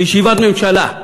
בישיבת ממשלה,